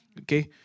Okay